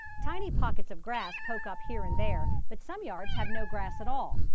tiny pockets of grass poke up here and there, but some yards have no grass at all.